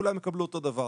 כולם יקבלו אותו הדבר.